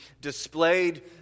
displayed